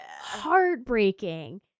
heartbreaking